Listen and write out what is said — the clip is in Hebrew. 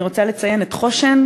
אני רוצה לציין את חוש"ן,